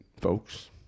folks